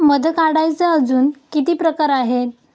मध काढायचे अजून किती प्रकार आहेत?